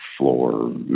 floor